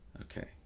okay